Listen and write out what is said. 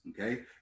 okay